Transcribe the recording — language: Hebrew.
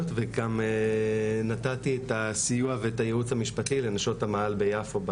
וגם נתתי את הסיוע ואת הייעוץ המשפטי לנשות המאהל ביפו,